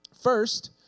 First